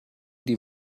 die